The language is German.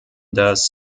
das